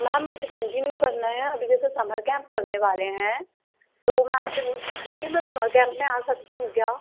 ma'am मुझे continue करना है अभी जैसे समर कैंप लगने वाले हैं तो मैं आपसे वही पूछ रही हूँ कि मैं समर कैंप में आ सकती हूँ क्या